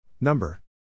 Number